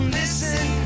listen